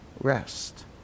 rest